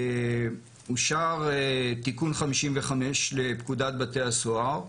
אושר תיקון 55 לפקודת בתי הסוהר,